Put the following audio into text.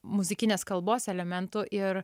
muzikinės kalbos elementų ir